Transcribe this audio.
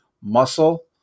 muscle